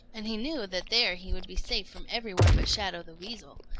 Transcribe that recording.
and he knew that there he would be safe from every one but shadow the weasel.